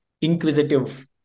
inquisitive